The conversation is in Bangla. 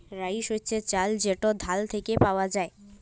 রাইস হছে চাল যেট ধাল থ্যাইকে পাউয়া যায়